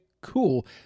cool